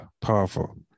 Powerful